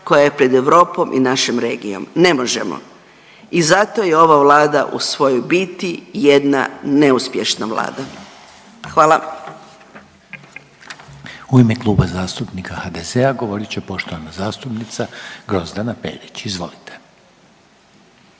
koja je pred Europom i našom regijom. Ne možemo. I zato je ova Vlada u svojoj biti jedna neuspješna Vlada. Hvala.